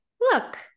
look